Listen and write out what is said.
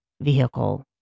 vehicle